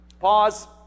Pause